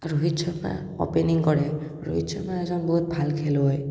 Rohit Sharma opening কৰে ৰোহিত শৰ্মা এজন বহুত ভাল খেলুৱৈ